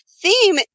theme